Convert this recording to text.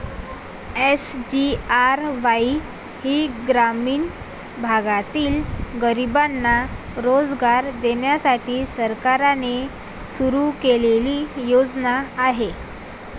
SGRY ही ग्रामीण भागातील गरिबांना रोजगार देण्यासाठी सरकारने सुरू केलेली योजना आहे